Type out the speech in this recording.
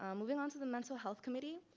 um moving on to the mental health committee.